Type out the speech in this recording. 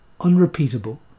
Unrepeatable